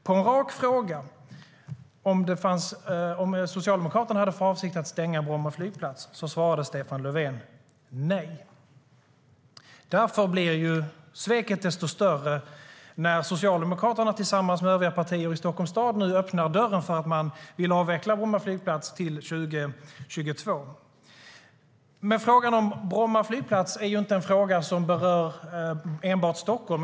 På en rak fråga om Socialdemokraterna hade för avsikt att stänga Bromma flygplats svarade Stefan Löfven nej.Frågan om Bromma flygplats är inte en fråga som berör enbart Stockholm.